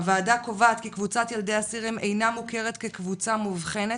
הוועדה קובעת כי קבוצת ילדי אסירים אינה מוכרת כקבוצה מובחנת,